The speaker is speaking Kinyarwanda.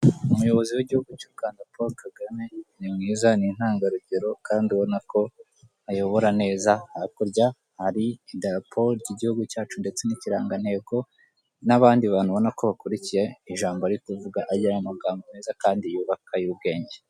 Umuyobozi w'igihugu cy'u Rwanda poul kagame ni mwiza, ni intangarugero kandi urabona ko ayobora neza. Hakurya hari idarapo ry'igihugu cyacu ndetse n'ikirangantego n'abandi bantu urabona ko bakurikiye ijambo ari kuvuga . Agira amagambo meza kandi yubaka y'ubwenge.